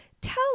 Tell